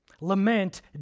Lament